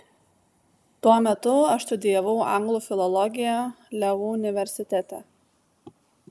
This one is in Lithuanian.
tuo metu aš studijavau anglų filologiją leu universitete